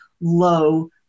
low